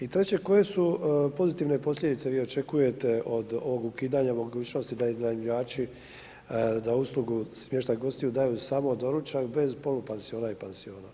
I treće koje su pozitivne posljedice vi očekujete od ovog ukidanja i mogućnosti da iznajmljivača, za uslugu smještaj gostiju daju samo doručak bez pansiona i polupansiona.